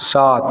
सात